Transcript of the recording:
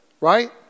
right